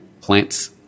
plants